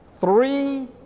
three